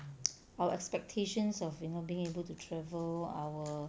our expectations of you know being able to travel our